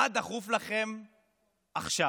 מה דחוף לכם עכשיו?